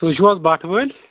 تُہۍ چھُو حظ بَٹھہٕ وٲلۍ